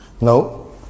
No